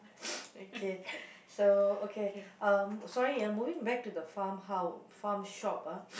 okay so okay um sorry ah moving back to the farm hou~ farm shop ah